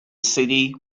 city